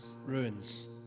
ruins